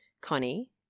Connie